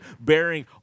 bearing